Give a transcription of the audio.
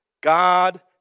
God